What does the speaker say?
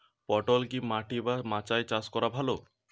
পটল কি মাটি বা মাচায় চাষ করা ভালো?